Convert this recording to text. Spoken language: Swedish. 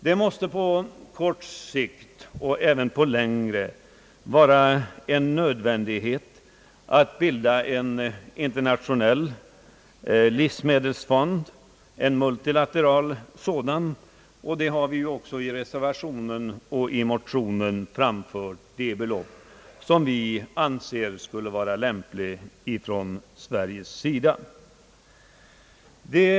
Det måste på kort liksom på längre sikt vara en nödvändighet att bilda en multilateral livsmedelsfond. Vi har också i vår reservation och i motionen angivit de belopp som vi anser det vore lämpligt att Sverige bidrog med.